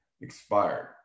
Expired